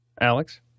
Alex